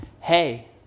hey